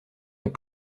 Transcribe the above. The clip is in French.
est